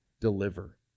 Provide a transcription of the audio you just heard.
deliver